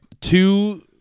Two